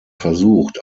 versucht